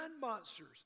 monsters